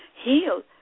heal